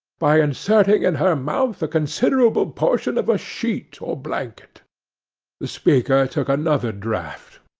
by inserting in her mouth a considerable portion of a sheet or blanket the speaker took another draught,